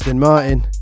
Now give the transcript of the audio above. Martin